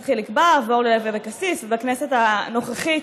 חיליק בר ואורלי לוי אבקסיס ובכנסת הנוכחית,